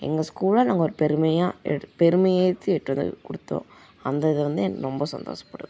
எங்கள் ஸ்கூலில் நாங்கள் ஒரு பெருமையாக எடு பெருமை ஏற்றி எடுத்துகிட்டு வந்து கொடுத்தோம் அந்த இது வந்து எனக்கு ரொம்ப சந்தோஷப்படுத்துனது